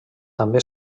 també